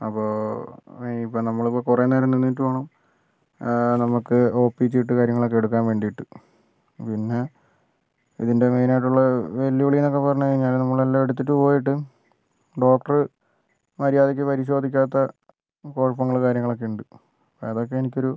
അപ്പോൾ ഇനിയിപ്പോൾ നമ്മളിപ്പോൾ കുറേനേരം നിന്നിട്ട് വേണം നമുക്ക് ഓ പി ചീട്ട് കാര്യങ്ങളൊക്കെ എടുക്കാൻ വേണ്ടിയിട്ട് പിന്നെ ഇതിൻ്റെ മെയ്നായിട്ടുള്ള വെല്ലുവിളിയെന്നൊക്കെ പറഞ്ഞ് കഴിഞ്ഞാൽ നമ്മളെല്ലാം എടുത്തിട്ട് പോയിട്ടും ഡോക്ടർ മര്യാദക്ക് പരിശോധിക്കാത്ത കുഴപ്പങ്ങൾ കാര്യങ്ങളൊക്കെ ഉണ്ട് അതൊക്കെ എനിക്കൊരു